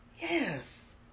Yes